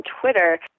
Twitter